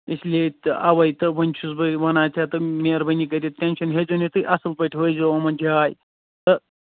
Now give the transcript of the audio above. اس لیے تہٕ اَوے تہٕ وُنہِ چھُس بہٕ وَنان ژےٚ تہٕ مٮ۪ہربٲنۍ کٔرِتھ ٹینشن ہیٚزیٚو نہٕ اَصٕل پٲٹھۍ ہٲوزیٚو یِمَن جاے تہٕ